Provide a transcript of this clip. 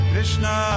Krishna